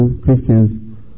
Christians